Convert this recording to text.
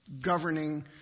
Governing